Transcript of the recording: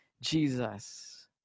Jesus